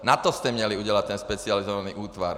Na to jste měli udělat specializovaný útvar.